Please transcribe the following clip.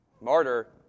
Martyr